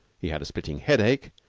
he had a splitting headache.